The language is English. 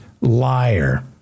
liar